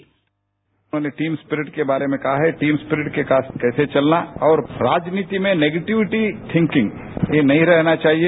bite उन्होंने team spirit के बारे में कहा है टीम सपिरिट के साथ कैसे चलना और राजनीति में नेगेटिविटी थिंकिंग यह नहीं रहना चाहिए